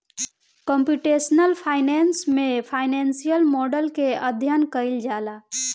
computational finance में financial model के अध्ययन कईल जाला